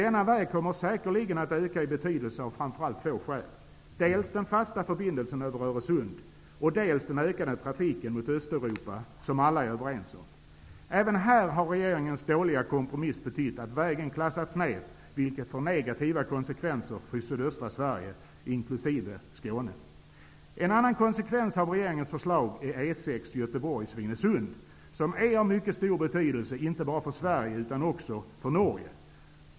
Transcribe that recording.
Denna väg kommer säkerligen att öka i betydelse av framför allt två skäl: dels den fasta förbindelsen över Öresund, dels den, som alla är överens om, ökade trafiken mot Östeuropa. Även här har regeringens dåliga kompromiss betytt att vägen klassats ner, vilket får negativa konsekvenser för sydöstra Sverige, inkl. Skåne. En annan konsekvens av regeringens förslag kommer att synas när det gäller E 6 Göteborg-- Svinesund. Den sträckan är av stor betydelse inte bara för Sverige utan också för Norge.